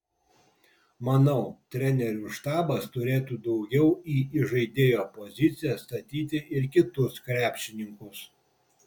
manau trenerių štabas turėtų daugiau į įžaidėjo poziciją statyti ir kitus krepšininkus